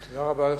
תודה רבה לך,